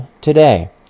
today